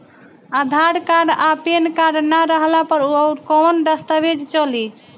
आधार card आ PAN card ना रहला पर अउरकवन दस्तावेज चली?